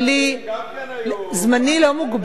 האמת היא שגם הליכוד מורכב מכמה מפלגות.